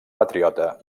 patriota